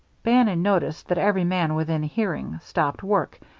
bannon noticed that every man within hearing stopped work,